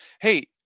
Hey